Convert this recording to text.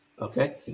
Okay